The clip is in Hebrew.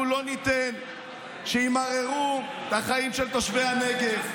אנחנו לא ניתן שימררו את החיים של תושבי הנגב.